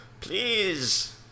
Please